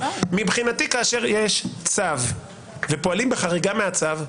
מבחינתי כאשר יש צו ופועלים בחריגה מהצו,